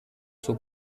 suo